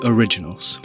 Originals